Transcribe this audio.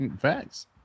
Facts